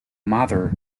mother